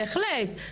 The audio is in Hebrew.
בהחלט.